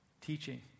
teaching